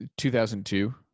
2002